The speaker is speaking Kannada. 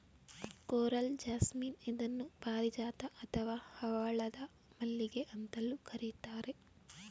ಕೊರಲ್ ಜಾಸ್ಮಿನ್ ಇದನ್ನು ಪಾರಿಜಾತ ಅಥವಾ ಹವಳದ ಮಲ್ಲಿಗೆ ಅಂತಲೂ ಕರಿತಾರೆ